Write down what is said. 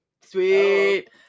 sweet